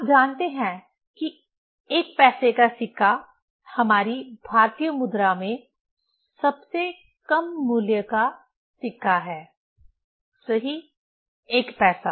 आप जानते हैं कि 1 पैसे का सिक्का हमारी भारतीय मुद्रा में सबसे कम मूल्य का सिक्का है सही एक पैसा